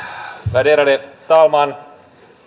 värderade talman